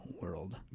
world